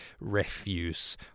refuse